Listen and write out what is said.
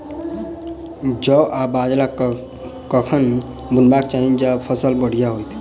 जौ आ बाजरा कखन बुनबाक चाहि जँ फसल बढ़िया होइत?